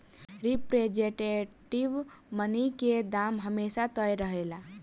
representative money के दाम हमेशा तय रहेला